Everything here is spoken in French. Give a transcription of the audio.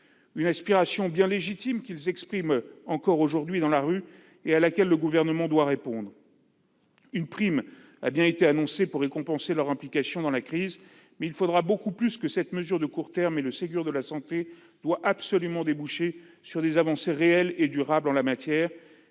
Cette aspiration bien légitime, qu'ils expriment encore aujourd'hui dans la rue, le Gouvernement doit y répondre. Une prime a bien été annoncée pour récompenser leur implication dans la crise, mais il faudra beaucoup plus que cette mesure de court terme. Le Ségur de la santé doit absolument déboucher sur des avancées réelles et durables en la matière.